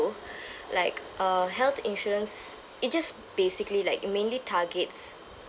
like uh health insurance it just basically like it mainly targets